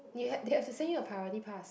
you have they have to send you a priority pass